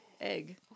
egg